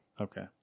Okay